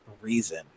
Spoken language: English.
reason